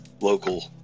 local